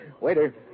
Waiter